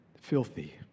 Filthy